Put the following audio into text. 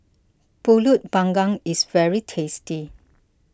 Pulut Panggang is very tasty